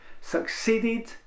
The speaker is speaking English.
succeeded